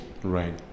right